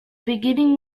beginning